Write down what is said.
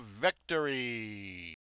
Victory